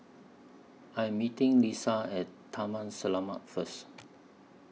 I Am meeting Lisha At Taman Selamat First